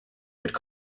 could